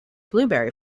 blueberry